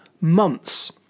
months